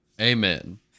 Amen